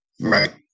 right